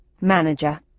Manager